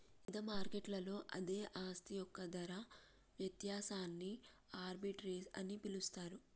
ఇవిధ మార్కెట్లలో అదే ఆస్తి యొక్క ధర వ్యత్యాసాన్ని ఆర్బిట్రేజ్ అని పిలుస్తరు